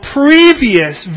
previous